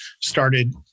started